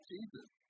Jesus